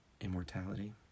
immortality